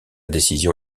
décision